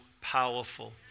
powerful